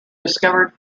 discovered